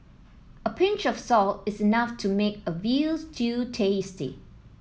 a pinch of salt is enough to make a veal stew tasty